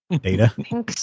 Data